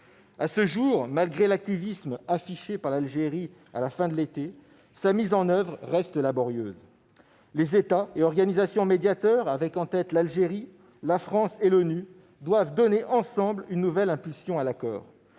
À ce jour, malgré l'activisme affiché par l'Algérie à la fin de l'été, sa mise en oeuvre reste laborieuse. Les États et organisations médiateurs, avec, en tête, l'Algérie, la France et l'ONU, doivent donner ensemble une nouvelle impulsion à l'accord.